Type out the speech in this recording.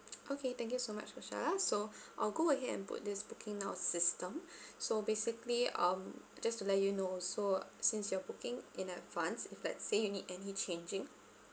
okay thank you so much kushala so I'll go ahead and put this booking now in system so basically um just to let you know also since you are booking in advance if let's say you need any changing